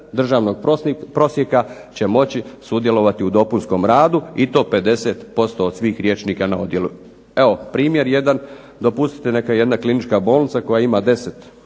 državnog prosjeka će moći sudjelovati u dopunskom radu i to 50% od svih liječnika na odjelu. Evo primjer jedan, dopustite neka jedna klinička bolnica koja ima 10